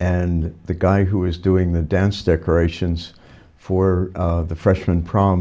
and the guy who was doing the dance decorations for the freshman prom